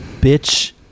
bitch